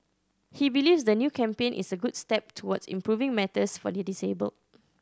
he believes the new campaign is a good step towards improving matters for the disabled